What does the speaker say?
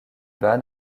bas